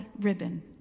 ribbon